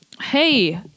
Hey